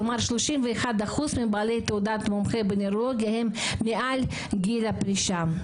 כלומר 31% מבעלי תעודת מומחה בנוירולוגיה הם מעל גיל הפרישה,